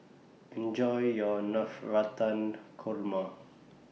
Enjoy your Navratan Korma